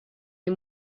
les